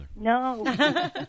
No